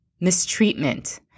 mistreatment